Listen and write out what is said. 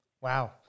Wow